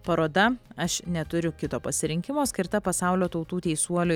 paroda aš neturiu kito pasirinkimo skirta pasaulio tautų teisuoliui